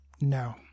No